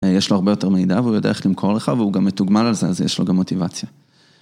יש לו הרבה יותר מידע והוא יודע איך למכור לך והוא גם מתוגמל על זה, אז יש לו גם מוטיבציה.